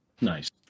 Nice